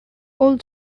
old